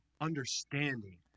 understanding